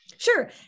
Sure